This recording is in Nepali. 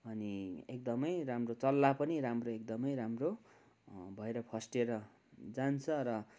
अनि एकदमै राम्रो चल्ला पनि राम्रो एकदमै राम्रो भएर फस्टेर जान्छ र